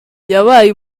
yabaye